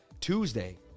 Tuesday